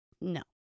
No